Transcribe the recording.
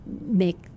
make